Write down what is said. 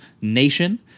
nation